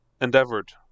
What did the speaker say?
endeavored